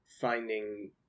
finding